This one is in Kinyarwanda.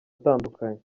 atandukanye